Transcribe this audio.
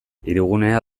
hirigunea